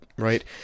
right